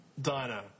diner